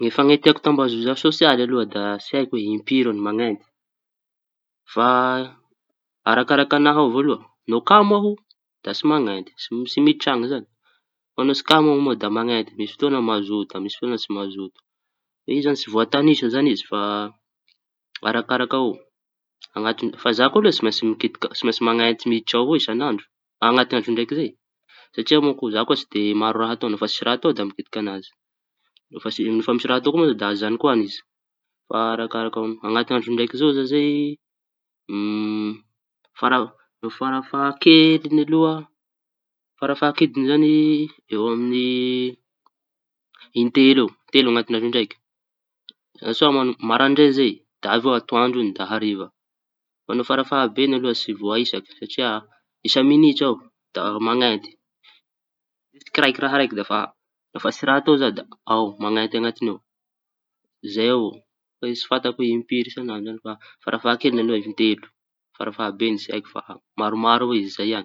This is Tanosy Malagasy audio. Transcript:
Ny fanentehako tambazotra sosialy aloha da tsy haiko hoe impiry aho mañenty. Fa arakaraka aña avao koa loa no kamo aho da tsy mañenty tsy mitraño zaho tsy kamo moa da mañenty. Misy fotoana mazoto misy fotoa tsy mazoto. Izy zany tsy voatanisa izy fa arakaraka avao añat-. Fa za koa alo tsy maintsy mañenty miditra ao avao isanandro satria mo ko za koa tsy dia maro raha tao no fa tsy misy raha atao da fa manenty anazy no fa misy raha atao koa za da azanoko any izy. Fa arakaraky avao anaty ny findaiko ao zao zay farafahakeliny aloha farafahakeliñy zañy eo aminy in-telo eo in-telo añaty andro raiky; diaso mo maraindray zay, da atoandro, da hariva. Fa ny farafahabeany aloha tsy voaisako satria isa miñitra aho da mañenty isaky kiraikiraiky. Da refa tsisy raha atao za da fa ao mañenty añatiny ao. Zay avao, tsy fantako hoe impiry sanandro fa farafahakeliny aloha da in-telo farafahabeany tsy haiko fa maromaro avao izy zay añy.